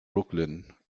brooklyn